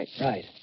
Right